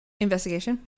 Investigation